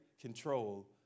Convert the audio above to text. control